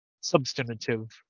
substantive